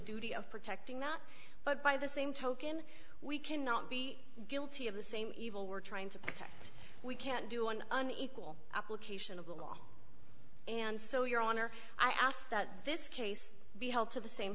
duty of protecting that but by the same token we cannot be guilty of the same evil we're trying to protect we can't do on an equal application of the law and so your honor i ask that this case be held to the same